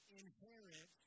inherit